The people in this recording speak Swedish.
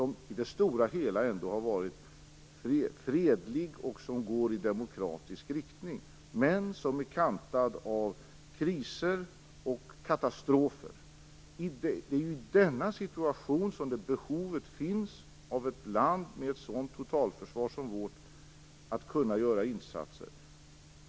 I det stora hela har denna omstöpning varit fredlig och gått i demokratisk riktning, men den är ändå kantad av kriser och katastrofer. Det är i denna situation som behovet finns av insatser från ett land med ett totalförsvar som vårt.